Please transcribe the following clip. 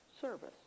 service